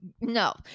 no